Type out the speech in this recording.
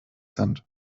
sind